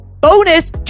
Bonus